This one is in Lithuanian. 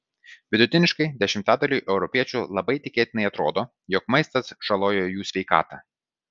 vidutiniškai dešimtadaliui europiečių labai tikėtinai atrodo jog maistas žaloja jų sveikatą